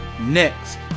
Next